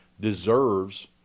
deserves